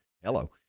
Hello